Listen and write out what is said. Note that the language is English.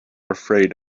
afraid